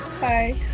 bye